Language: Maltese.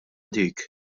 dik